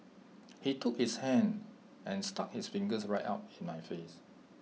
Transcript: he took his hand and stuck his fingers right up in my face